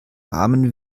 armen